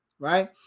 right